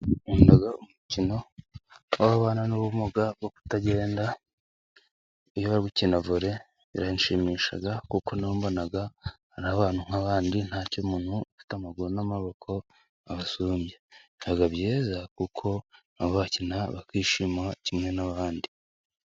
Dukunda umukino w'ababana n'ubumuga bwo kutagenda, iyo bari gukina vore biranshimisha kuko numvaga ari abantu nk'abandi, nta muntu ufite amaguru n'amaboko ubasumbya. Biba byiza kuko baba bakina bakishima kimwe n'abandi.